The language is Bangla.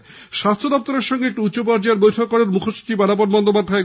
গতকাল স্বাস্থ্য দপ্তরের সঙ্গে একটি উচ্চ পর্যায়ের বৈঠক করেন মুখ্য সচিব আলাপন বন্দ্যোপাধ্যায়